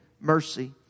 mercy